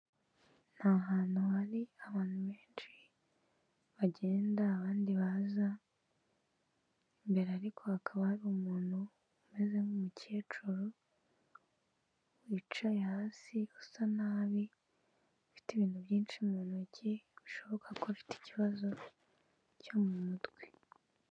Ni ahantu hari abantu benshi bagenda, abandi baza, imbere ariko hakaba hari umuntu umeze nk'umukecuru wicaye hasi, usa nabi, ufite ibintu byinshi mu ntoki, bishoboka ko afite ikibazo cyo mu mutwe.